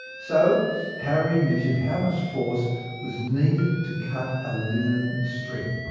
so harry measured how much force was needed to cut a linen string.